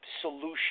solution